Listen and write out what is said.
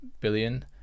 billion